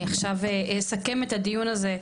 אני עכשיו אסכם את הדיון הזה,